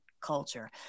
culture